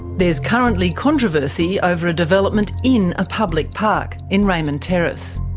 there's currently controversy over a development in a public park, in raymond terrace.